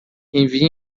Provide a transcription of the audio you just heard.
envie